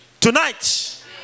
Tonight